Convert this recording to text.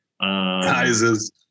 sizes